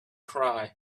cry